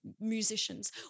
musicians